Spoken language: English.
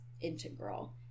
integral